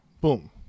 Boom